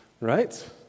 right